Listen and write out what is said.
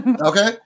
Okay